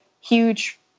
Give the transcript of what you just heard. huge